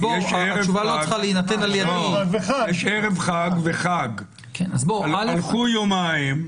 יש ערב חג וחג, הלכו יומיים.